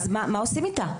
אז מה עושים איתה?